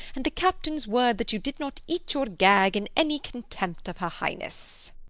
and the captain's word that you did not eat your gag in any contempt of her highness.